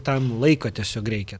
tam laiko tiesiog reikia